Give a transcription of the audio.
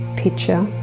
picture